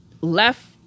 left